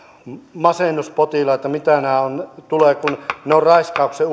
masennuspotilaita tulee raiskauksen